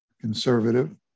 conservative